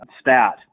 stat